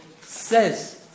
says